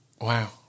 Wow